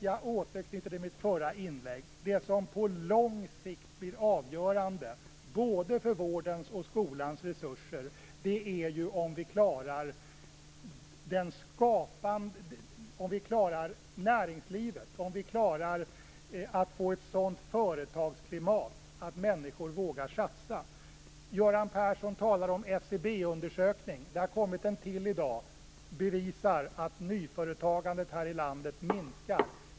Jag återknyter till mitt förra inlägg: Det som på lång sikt blir avgörande för vårdens och skolans resurser är om vi klarar att få ett sådant företagsklimat att människor vågar satsa. Göran Persson talar om en SCB-undersökning. Det har lagts fram en till i dag. Den bevisar att nyföretagandet i landet minskat.